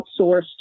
outsourced